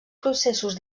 processos